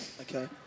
Okay